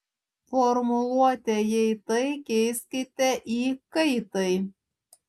formuluotę jei tai keiskite į kai tai